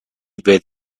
with